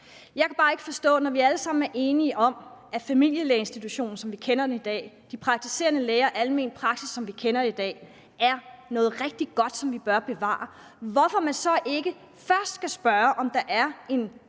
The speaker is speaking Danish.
Jeg kan bare ikke forstå, når vi alle sammen er enige om, at familielægeinstitutionen, som vi kender den i dag, de praktiserende læger, den almene praksis, som vi kender den i dag, er noget rigtig godt, som vi bør bevare, hvorfor man så ikke først skal spørge, om der er en